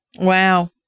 wow